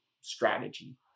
strategy